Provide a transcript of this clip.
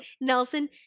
nelson